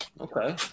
Okay